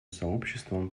сообществом